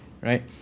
right